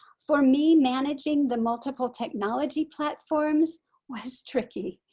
for me managing the multiple technology platforms was tricky.